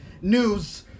news